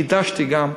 חידשתי גם,